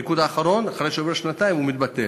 הניקוד האחרון אחרי שנתיים מתבטל.